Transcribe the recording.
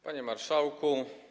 Panie Marszałku!